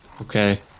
Okay